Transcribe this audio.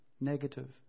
negative